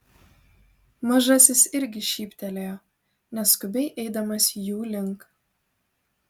mažasis irgi šyptelėjo neskubiai eidamas jų link